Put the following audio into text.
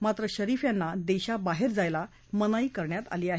मात्र शरीफ यांना देशाबाहेर जायला मनाई करण्यात आली आहे